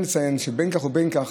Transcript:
אבל אני כן צריך לציין שבין כך ובין כך